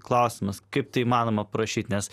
klausimas kaip tai įmanoma aprašyt nes